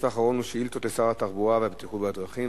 שאילתות לשר התחבורה והבטיחות בדרכים.